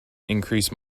increase